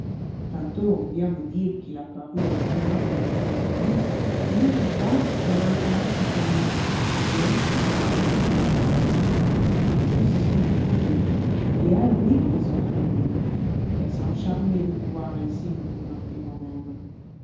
tantôt on vient me dire qu'il a paru un jeune homme autour de ces murs une autre fois qu'on a entendu du bruit ou bien qu'on doit rendre une lettre tout ceci me trouble et elles rient de ce trouble elles sont charmées de me voir ainsi me tourmenter moi-même